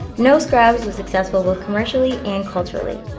no scrubs was successful both commercially and culturally.